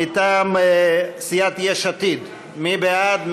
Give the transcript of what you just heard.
מטעם סיעת יש עתיד, מי בעד?